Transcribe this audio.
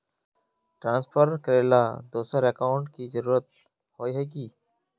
Transfer करेला दोसर account की जरुरत होय है की?